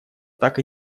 так